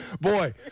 Boy